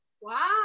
Wow